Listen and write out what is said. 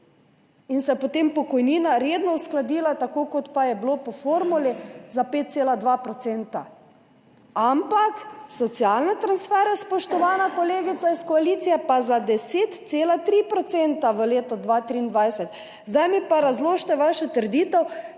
In se je potem pokojnina redno uskladila tako, kot pa je bilo po formuli za 5,2 %. Ampak socialne transfere, spoštovana kolegica iz koalicije, pa za 10,3 % v letu 2023. zdaj mi pa razložite vašo trditev: